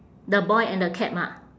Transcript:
the boy and the cap ah